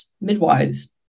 midwives